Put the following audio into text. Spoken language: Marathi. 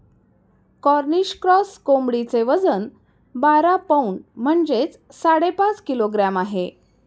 कॉर्निश क्रॉस कोंबडीचे वजन बारा पौंड म्हणजेच साडेपाच किलोग्रॅम आहे